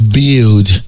build